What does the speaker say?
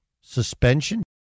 suspension